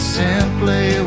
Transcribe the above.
simply